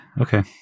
Okay